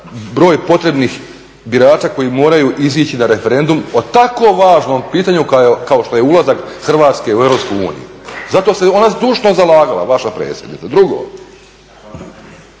broj potrebnih birača koji moraju izaći na referendum o tako važnom pitanju kao što je ulazak Hrvatske u EU. Zato se ona zdušno zalagala, vaša predsjednica.